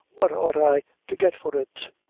what ought i to get for it?